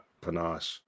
panache